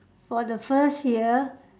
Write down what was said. for the first year